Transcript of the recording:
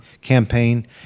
campaign